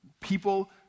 people